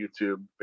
youtube